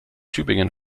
tübingen